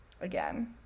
again